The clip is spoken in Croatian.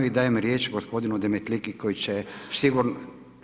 I dajem riječ gospodinu Demetliki koji će sigurno.